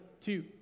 two